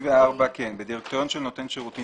34.הדירקטוריון בדירקטוריון של נותן שירותים